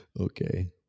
okay